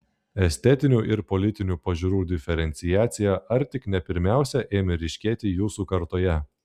estetinių ir politinių pažiūrų diferenciacija ar tik ne pirmiausia ėmė ryškėti jūsų kartoje